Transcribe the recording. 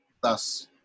thus